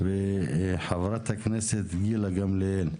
חה"כ גילה גמליאל.